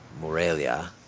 Morelia